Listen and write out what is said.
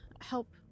help